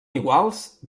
iguals